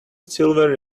silver